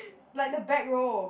like the back row